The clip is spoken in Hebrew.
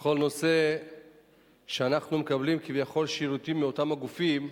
וכל הנושא שאנחנו מקבלים כביכול שירותים מאותם הגופים,